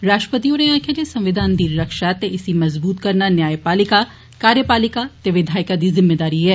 राष्ट्रपति होरे आक्खेआ जे संविधान दी रक्षा ते इसी मज़बूत करना न्यायपालिका कार्यपालिका ते विधायिका दी जिम्मेदारी ऐ